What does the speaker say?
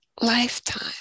lifetime